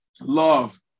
love